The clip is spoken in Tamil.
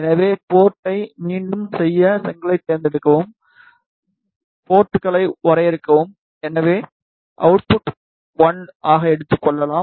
எனவே போர்ட்டை மீண்டும் செய்ய செங்கலைத் தேர்ந்தெடுக்கவும் போர்ட்களை வரையறுக்கவும் எனவே அவுட்புட் 1 ஆக எடுத்துக் கொள்ளலாம்